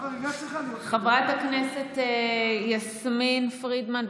חברת הכנסת יסמין פרידמן,